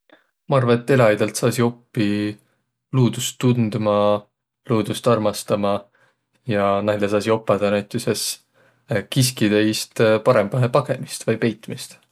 Ma arva, et eläjidelt saanuq oppiq luudust tundma, luudust armastama ja näile saasiq opadaq näütüses kiskjidõ iist parõmbahe pagõmist vai peitmist.